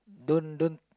don't don't